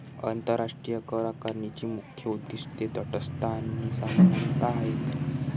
आंतरराष्ट्रीय करआकारणीची मुख्य उद्दीष्टे तटस्थता आणि समानता आहेत